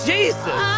Jesus